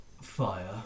Fire